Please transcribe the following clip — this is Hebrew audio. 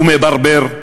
ומברבר,